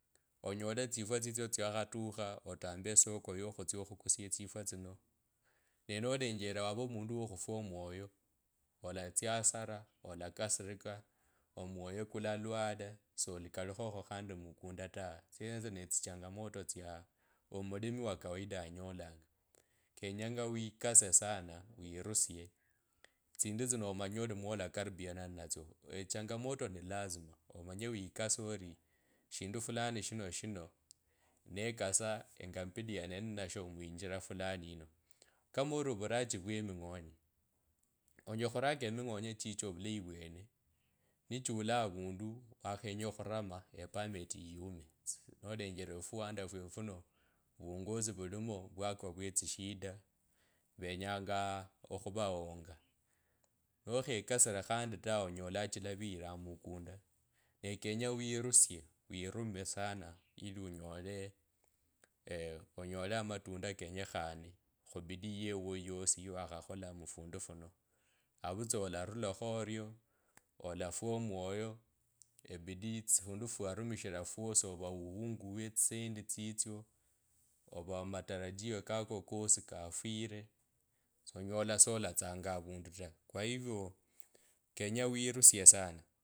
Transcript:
Onyole etsifwa tsitso tsyakhatukha otumbe esowo yokhutsya okhukusia etsifwu tsino. Ne nolenjele wava omundu wokhufwa omwoyo olatsiahasara. olakasirika. Omwoyo kulalwala soliralekhokho awe. Tsyenetso netsi changamoto tsia omulimi wakawaida anyolanga. Kenyanga we kase sana wirusie. tsindu tsino omanye ori mwolakaribiananga ni natsyo. Etsichangamoto ni lasima omanye wikase ori shinde fulani shino shino nekasa engabiliane nnesho muinjila fulani yino. Kama ori ovuraji vwene nichula avundu wakhenya okhurama epermeti yume. nolenyele ofuwanda fwefu funo vuongozi vulimo vwakwa vye tsisida mwenyanga okhurahonga nokhekasire khandi ta onyola chila viyilanga mukunda. Ne kenye wirusie wirume sana ili onyole onyole omutunda kenyakhane khubidii yeuwo yosi yiwakhakhola mufundufuno avudha olarulakho orio olafwa omwoyo ebidii tsi afundu fuwarumishi fwasi. ova uwunguwe tsisendi tsitsyo ova matarajio kako kosi kafwire olanyola solatsanga avundu ta kwa hivyo kenya wirusie sana.